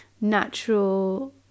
natural